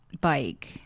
bike